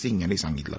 सिंग यांनी सांगितलं